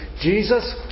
Jesus